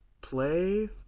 play